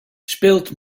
speelt